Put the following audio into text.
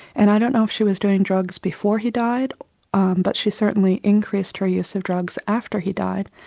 and i don't know if she was doing drugs before he died but she certainly increased her use of drugs after he died.